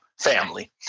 family